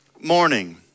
morning